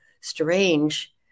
strange